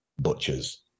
butchers